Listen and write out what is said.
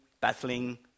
battling